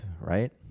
right